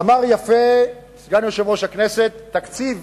אמר יפה סגן יושב-ראש הכנסת: תקציב.